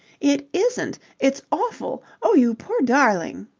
it isn't. it's awful! oh, you poor darling!